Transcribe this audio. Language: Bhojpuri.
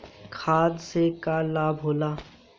खाद्य से का लाभ होला?